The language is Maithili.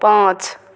पाँच